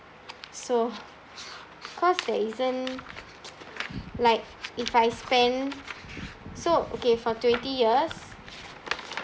so cause there isn't like if I spend so okay for twenty years